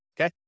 okay